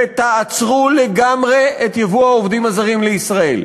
ותעצרו לגמרי את ייבוא העובדים הזרים לישראל.